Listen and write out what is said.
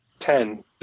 Ten